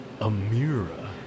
Amira